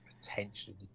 potentially